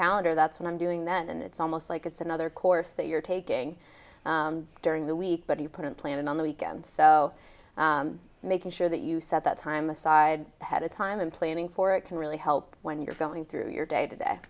calendar that's what i'm doing then and it's almost like it's another course that you're taking during the week but he put a plan in on the weekend so making sure that you set that time aside ahead of time and planning for it can really help when you're going through your day